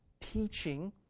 teaching